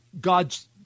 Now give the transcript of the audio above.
God's